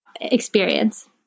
experience